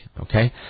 okay